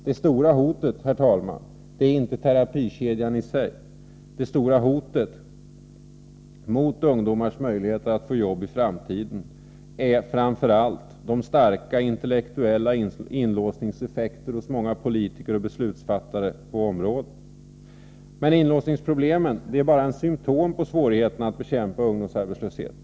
Det stora hotet, herr talman, är inte terapikedjan i sig, utan det stora hotet mot ungdomarnas möjligheter att få jobb i framtiden är framför allt de starka intellektuella inlåsningseffekterna hos många politiker och beslutsfattare på området. Med inlåsningsproblemen är bara ett symtom på de svårigheter som föreligger när det gäller att bekämpa ungdomsarbetslösheten.